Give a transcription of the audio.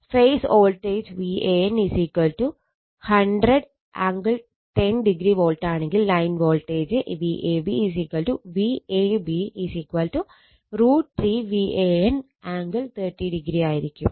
face voltage Van 100 angle 10o വോൾട്ടാണെങ്കിൽ line voltage Vab VAB √ 3 Van angle 30o ആയിരിക്കും